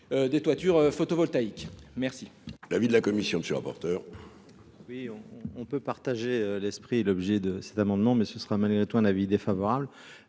des toitures photovoltaïques merci.